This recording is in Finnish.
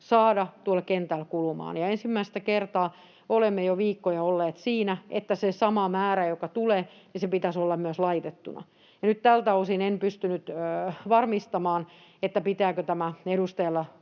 saada tuolla kentällä kulumaan, ja ensimmäistä kertaa olemme jo viikkoja olleet siinä, että sen saman määrän, joka tulee, pitäisi olla myös laitettuna, ja nyt tältä osin en pystynyt varmistamaan, pitääkö tämä edustajilla